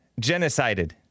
genocided